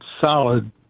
solid